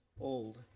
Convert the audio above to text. old